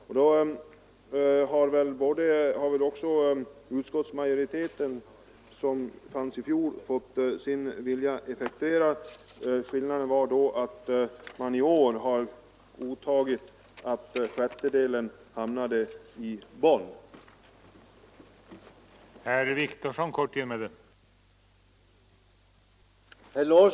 Då har väl fjolårets majoritet inom jordbruksutskottet också fått sin vilja effektuerad. Skillnaden är att man i år har godtagit — och nöjer sig med — att en sjättedels tjänst hamnade i Bonn.